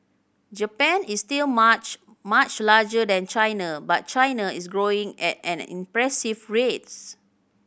Japan is still much much larger than China but China is growing at an impressive rates